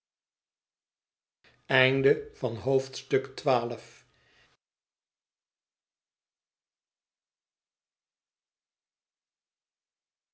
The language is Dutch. begin van het